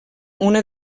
una